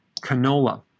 canola